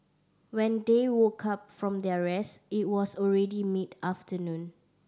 when they woke up from their rest it was already mid afternoon